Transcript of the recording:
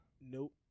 nope